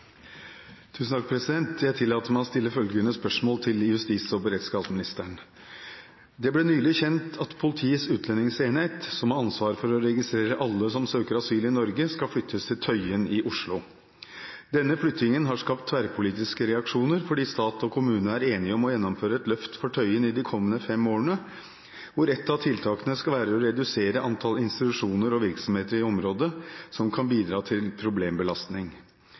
til justis- og beredskapsministeren: «Det ble nylig kjent at Politiets utlendingsenhet, som har ansvar for å registrere alle som søker asyl i Norge, skal flyttes til Tøyen i Oslo. Denne flyttingen har skapt tverrpolitiske reaksjoner fordi stat og kommune er enige om å gjennomføre et løft for Tøyen i de kommende fem årene, hvor et av tiltakene skal være å redusere antall institusjoner og virksomheter i området som kan bidra til problembelastning.